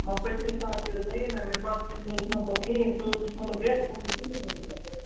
پٔتۍمہِ ساتہٕ تہِ وَنے نا مےٚ پَتہٕ ییٚلہِ نہٕ حظ سُہ مطلب کِہیٖنۍ سُہ حظ وُچھ مطلب رٮ۪تھ گوٚو مےٚ کُنٕے زوٚنُے ییٚتٮ۪تھ